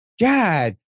God